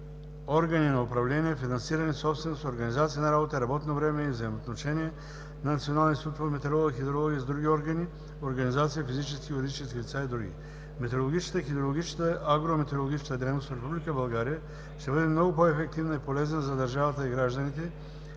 органи на управления, финансиране, собственост, организация на работа, работно време и взаимоотношенията на Националния институт по метеорология и хидрология с други органи, организации, физически, юридически лица и други. Метеорологичната, хидрологичната, агрометеорологичната дейност в Република България ще бъде много по-ефективна и полезна за държавата и гражданите,